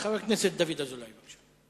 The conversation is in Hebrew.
חבר הכנסת דוד אזולאי, בבקשה.